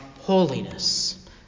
holiness